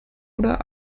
oder